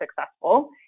successful